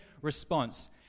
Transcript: response